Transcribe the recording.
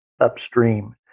upstream